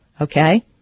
Okay